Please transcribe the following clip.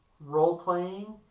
role-playing